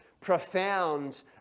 profound